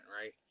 right